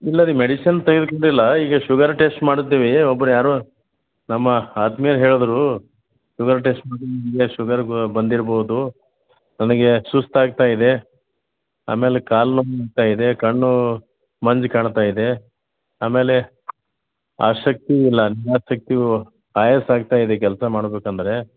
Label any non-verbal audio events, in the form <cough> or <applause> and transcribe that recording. ಇಲ್ಲ ರೀ ಮೆಡಿಸಿನ್ <unintelligible> ಈಗ ಶುಗರ್ ಟೆಸ್ಟ್ ಮಾಡಿದ್ದೀವಿ ಒಬ್ರು ಯಾರೋ ನಮ್ಮ ಆತ್ಮೀಯರು ಹೇಳಿದ್ರು ಶುಗರ್ ಟೆಸ್ಟ್ ಮಾಡಿ ನಿಮಗೆ ಶುಗರ್ ಬಂದಿರ್ಬೌದು ನನಗೆ ಸುಸ್ತು ಆಗ್ತಾ ಇದೆ ಆಮೇಲೆ ಕಾಲು ನೋವ್ತಾ ಇದೆ ಕಣ್ಣು ಮಂಜು ಕಾಣ್ತಾ ಇದೆ ಆಮೇಲೆ ಆ ಶಕ್ತಿ ಇಲ್ಲ <unintelligible> ಆಯಾಸ ಆಗ್ತಾ ಇದೆ ಕೆಲಸ ಮಾಡ್ಬೇಕು ಅಂದರೆ